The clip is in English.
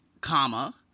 comma